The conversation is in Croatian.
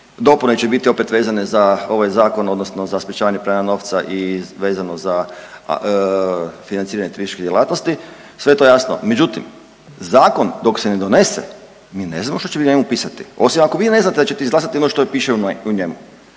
Dopune će opet biti vezane ovaj zakon odnosno za sprječavanje pranja novca i vezano za financiranje turističkih djelatnosti. Sve je to jasno. Međutim, zakon dok se ne donese, mi ne znamo što će u njemu pisati osim ako vi ne znate da ćete izglasati ono što piše u njemu.